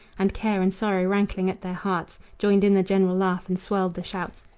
and care and sorrow rankling at their hearts, joined in the general laugh and swelled the shouts,